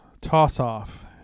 toss-off